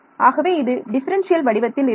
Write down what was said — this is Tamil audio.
ஆகவே இது டிஃபரண்ஷியல் வடிவத்தில் இருக்கும்